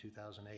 2008